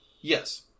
Yes